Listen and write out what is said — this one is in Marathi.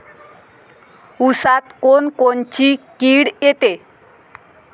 ऊसात कोनकोनची किड येते?